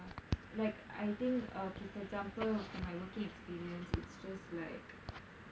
uh like I think okay for example from my working experience I think it's just like